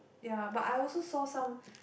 ya but I also saw some